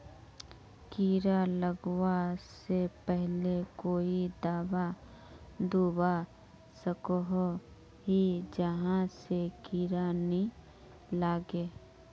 कीड़ा लगवा से पहले कोई दाबा दुबा सकोहो ही जहा से कीड़ा नी लागे?